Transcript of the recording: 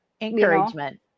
encouragement